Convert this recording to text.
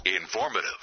Informative